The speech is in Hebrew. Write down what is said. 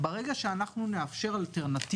אז ימשוך אליו